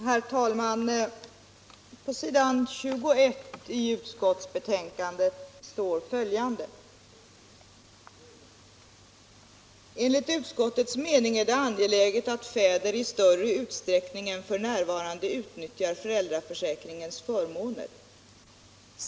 Herr talman! På s. 21 i utskottets betänkande står följande: ”Enligt utskottets mening är det angeläget att fäder i större utsträckning än f. n. utnyttjar föräldraförsäkringens förmåner.